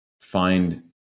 find